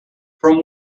from